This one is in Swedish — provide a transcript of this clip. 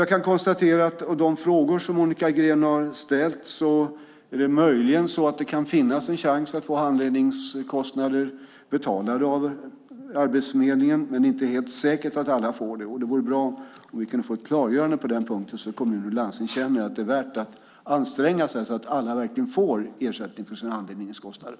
Jag kan konstatera att det möjligen kan finnas en chans att få handledarkostnader betalade av Arbetsförmedlingen men att det inte är helt säkert att alla får det. Det vore bra om vi kunde få ett klargörande på den punkten, så att kommuner och landsting känner att det är värt att anstränga sig och så att alla verkligen får ersättning för sina handledarkostnader.